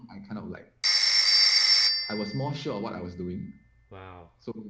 i kind of like i was more sure what i was doing ah so